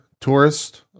tourist